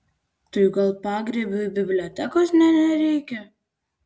tai gal pagrybiui bibliotekos nė nereikia